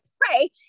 pray